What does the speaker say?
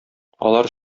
алар